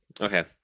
okay